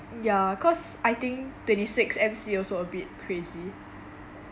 ya cause I think twenty six M_C also a bit crazy